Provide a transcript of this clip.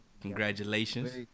congratulations